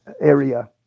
area